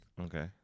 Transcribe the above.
Okay